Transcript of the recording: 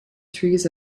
trees